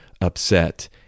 upset